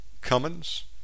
Cummins